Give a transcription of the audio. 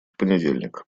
понедельник